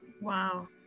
Wow